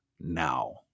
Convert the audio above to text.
now